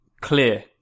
clear